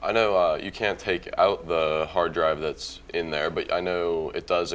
i know you can't take out the hard drive that's in there but i know it does